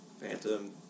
Phantom